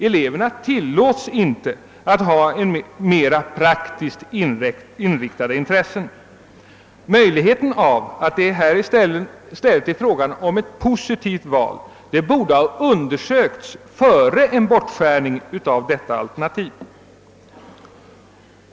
Eleverna tillåts inte att ha mer praktiskt inriktade intressen. Möjligheten att det här i stället är fråga om ett positivt val borde ha undersökts innan detta alternativ skärs bort.